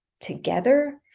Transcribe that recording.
together